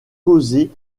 causé